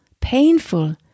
painful